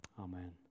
Amen